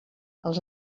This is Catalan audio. els